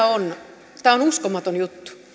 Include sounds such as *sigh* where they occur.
*unintelligible* on kyllä uskomaton juttu